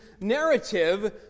narrative